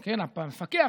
כי המפקח,